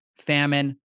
famine